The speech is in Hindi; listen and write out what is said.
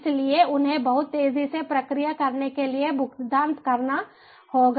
इसलिए उन्हें बहुत तेजी से प्रक्रिया करने के लिए भुगतान करना होगा